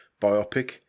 biopic